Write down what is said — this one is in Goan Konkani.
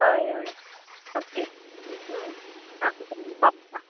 हय हय ओके बरें पावयतां